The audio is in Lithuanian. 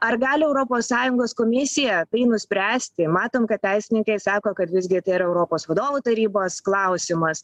ar gali europos sąjungos komisija tai nuspręsti matom kad teisininkai sako kad visgi tai yra europos vadovų tarybos klausimas